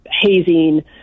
hazing